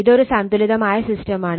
ഇതൊരു സന്തുലിതമായ സിസ്റ്റമാണ്